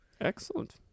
excellent